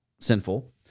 sinful